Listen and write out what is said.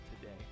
today